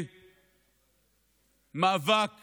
למאבק